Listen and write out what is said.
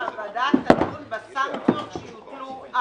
שהוועדה תדון בסנקציות שיוטלו על.